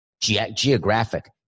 geographic